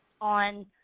on